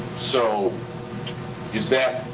so is that,